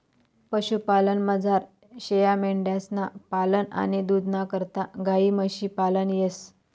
पशुपालनमझार शेयामेंढ्यांसनं पालन आणि दूधना करता गायी म्हशी पालन येस